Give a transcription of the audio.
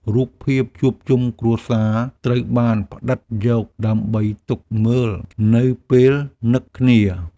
រូបភាពជួបជុំគ្រួសារត្រូវបានផ្ដិតយកដើម្បីទុកមើលនៅពេលនឹកគ្នា។